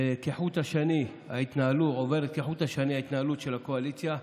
וכחוט השני עוברת ההתנהלות של הקואליציה.